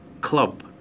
club